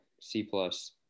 C-plus